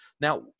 Now